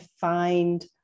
find